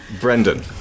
Brendan